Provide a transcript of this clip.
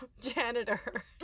janitor